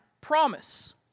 promise